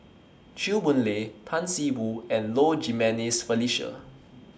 Chew Boon Lay Tan See Boo and Low Jimenez Felicia